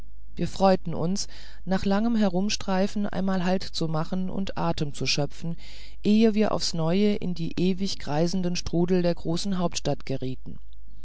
wir freuten uns nach langem herumstreifen einmal halt zu machen und atem zu schöpfen ehe wir auf's neue in den ewig kreisenden strudel der großen hauptstadt gerieten